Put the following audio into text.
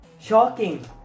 shocking